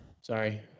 sorry